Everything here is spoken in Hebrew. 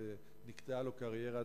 נקטעה לו הקריירה,